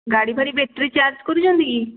ଗାଡି ଫାଡ଼ି battery charge କରୁଛନ୍ତି କି